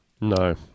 No